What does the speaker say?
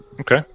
Okay